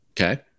Okay